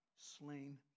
slain